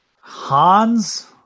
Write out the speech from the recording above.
Hans